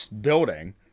building